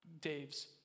Dave's